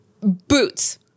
boots